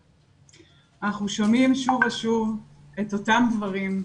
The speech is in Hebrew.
אנחנו שומעים שוב ושוב את או דברים,